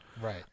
Right